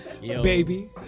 Baby